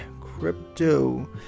crypto